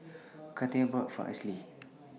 Katheryn bought For Ashlie